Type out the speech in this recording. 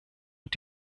und